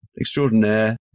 extraordinaire